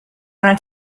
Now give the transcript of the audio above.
wanna